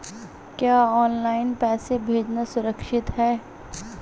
क्या ऑनलाइन पैसे भेजना सुरक्षित है?